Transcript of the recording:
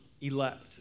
elect